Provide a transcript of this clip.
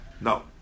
no